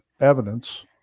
evidence